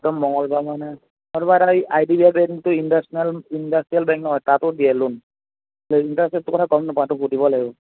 একদম মঙগল বাৰ মানে নতুবা এটা হেৰি আই ডি বি বেংটো ইণ্ডাষ্টেল ইণ্ডাষ্ট্ৰিয়েল বেংক নহয় তাতো দিয়ে লোন কিন্তু ইণ্টাৰেষ্টটোৰ কথা গম নাপাওঁ সুধিব লাগিব